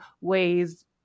ways